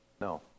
No